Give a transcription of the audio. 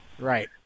Right